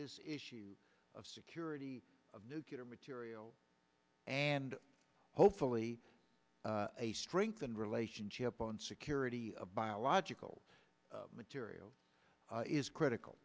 this issue of security of nuclear material and hopefully a strengthened relationship on security of biological material is critical